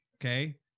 okay